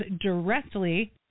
directly